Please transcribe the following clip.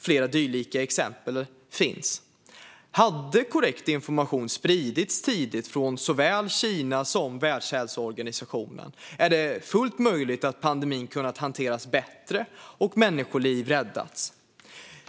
Flera dylika exempel finns. Hade korrekt information spridits tidigt från såväl Kina som Världshälsoorganisationen är det fullt möjligt att pandemin hade kunnat hanteras bättre och människoliv räddas.